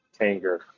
Tanger